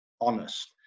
honest